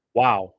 wow